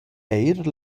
eir